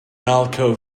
malco